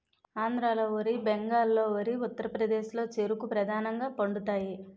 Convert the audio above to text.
ఆంధ్రాలో వరి బెంగాల్లో వరి ఉత్తరప్రదేశ్లో చెరుకు ప్రధానంగా పండుతాయి